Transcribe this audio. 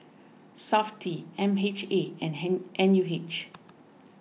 SAFTI M H A and hen N U H